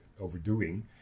overdoing